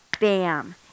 bam